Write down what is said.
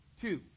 Two